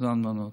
מזמן מאוד.